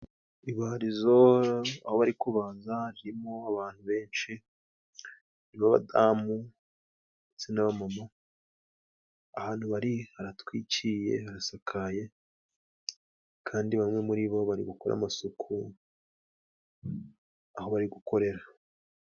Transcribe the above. Ibarizo aho bari kubariza ririmo abantu benshi b'abadamu ndetse n'abamama, ahantu bari haratwiciye harasakaye kandi bamwe muri bo bari gukora amasuku aho bari gukorera.